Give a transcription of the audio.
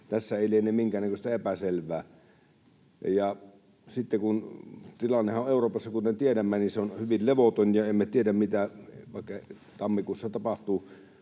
Tässä ei liene minkään näköistä epäselvää. Tilannehan on Euroopassa, kuten tiedämme, hyvin levoton, ja emme tiedä, mitä vaikka tammikuussa tapahtuu